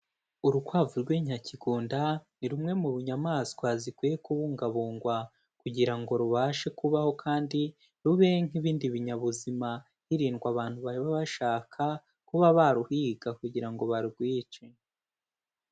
Urukwavu rw'inyakigunda ni rumwe mu nyamaswa zikwiye kubungabungwa kugira ngo rubashe kubaho kandi rube nk'ibindi binyabuzima, hirindwa abantu baba bashaka kuba baruhiga kugira ngo barwice.